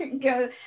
go